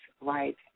right